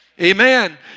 Amen